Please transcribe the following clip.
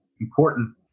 important